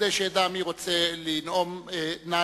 כדי שאדע מי רוצה לנאום, נא